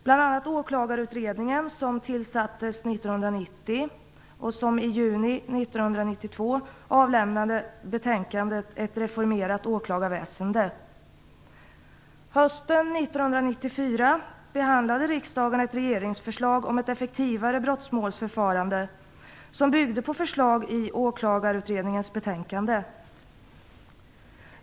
Bl.a. tillsattes 1994 behandlade riksdagen ett regeringsförslag om ett effektivare brottmålsförfarande, som byggde på förslag i Åklagarutredningens betänkande.